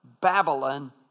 Babylon